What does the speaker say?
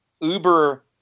Uber